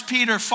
Peter